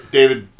David